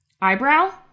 Eyebrow